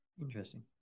Interesting